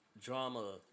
drama